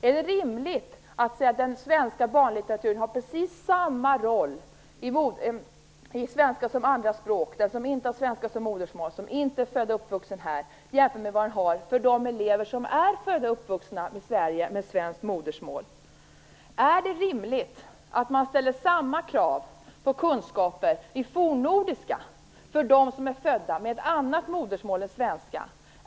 Är det rimligt att säga att den svenska barnlitteraturen har precis samma roll i svenska som andra språk - för den som inte har svenska som modersmål och inte är född och uppvuxen här - och för de elever som är födda och uppvuxna i Sverige och har svenska som modersmål. Är det rimligt att man ställer samma krav på kunskaper i fornnordiska för dem som har ett annat modersmål än svenska?